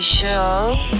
show